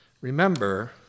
Remember